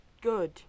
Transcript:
good